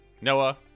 noah